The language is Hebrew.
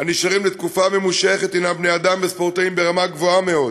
הנשארים לתקופה ממושכת הם בני-אדם וספורטאים ברמה גבוהה מאוד